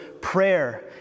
prayer